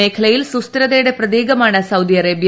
മേഖലയിൽ സുസ്ഥിരതയുടെ പ്രതീകമാണ് സൌദി അറേബ്യ